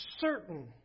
certain